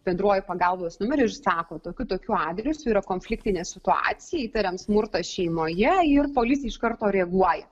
bendruoju pagalbos numeriu ir sako tokiu tokiu adresu yra konfliktinė situacija įtariam smurtą šeimoje ir policija iš karto reaguoja